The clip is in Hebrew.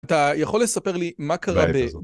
אתה יכול לספר לי מה קרה ב...